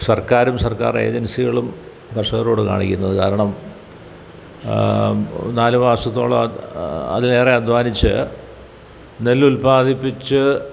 സർക്കാർ ഏജൻസികളും കർഷകരോടു കാണിക്കുന്നതു കാരണം നാല് മാസത്തോളം അതിലേറെ അദ്ധ്വാനിച്ചു നെല്ലുത്പാദിപ്പിച്ച്